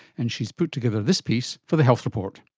and she has put together this piece for the health report.